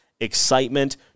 excitement